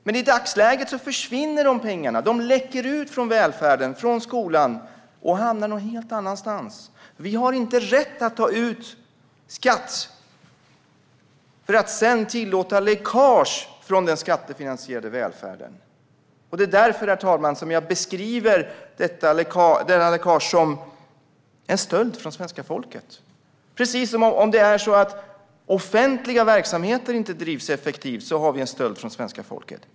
Men i dagsläget försvinner dessa pengar. De läcker ut från välfärden och skolan och hamnar någon helt annanstans. Vi har inte rätt att ta ut skatt för att sedan tillåta läckage från den skattefinansierade välfärden. Det är därför jag beskriver detta läckage som en stöld från svenska folket, precis på samma sätt som det är en stöld från svenska folket när offentliga verksamheter inte bedrivs effektivt.